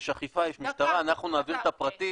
יש אכיפה, יש משטרה, אנחנו נעביר את הפרטים.